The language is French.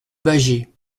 bâgé